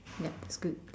yup it's good